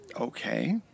Okay